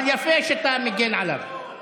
אבל יפה שאתה מגן עליו.